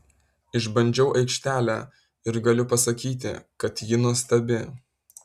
išbandžiau aikštelę ir galiu pasakyti kad ji nuostabi